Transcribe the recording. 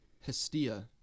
Hestia